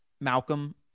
Malcolm